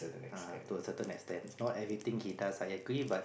uh to a certain extent not everything he does I agree but